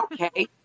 okay